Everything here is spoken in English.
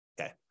Okay